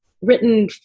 written